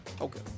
Okay